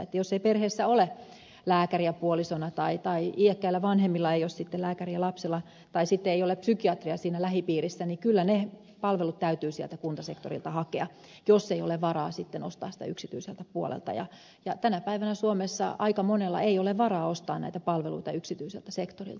jos ei perheessä ole lääkäriä puolisona tai iäkkäillä vanhemmilla ei ole lääkäriä lapsena tai sitten ei ole psykiatria siinä lähipiirissä niin kyllä ne palvelut täytyy sieltä kuntasektorilta hakea jos ei ole varaa ostaa yksityiseltä puolelta ja tänä päivänä suomessa aika monella ei ole varaa ostaa näitä palveluita yksityiseltä sektorilta